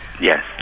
Yes